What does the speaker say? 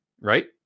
right